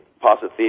positive